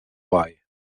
why